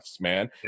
man